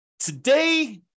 Today